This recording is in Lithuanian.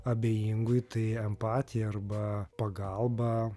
abejingui tai empatija arba pagalba